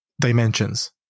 dimensions